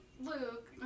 Luke